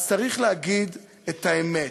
אז צריך להגיד את האמת,